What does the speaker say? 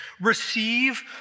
Receive